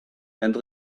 and